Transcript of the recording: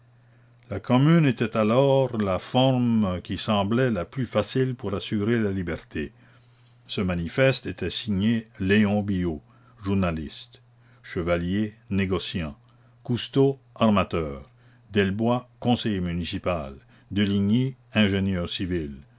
la commune était alors la forme qui semblait la plus facile pour assurer la liberté ce manifeste était signé léon billot journaliste chevalier négociant cousteau armateur delboy conseiller municipal deligny ingénieur civil